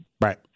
Right